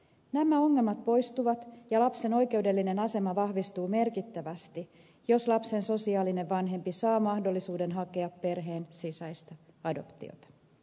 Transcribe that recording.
nämä ongelmat poistuvat ja lapsen oikeudellinen asema vahvistuu merkittävästi jos lapsen sosiaalinen vanhempi saa mahdollisuuden hakea perheen sisäistä adoptiota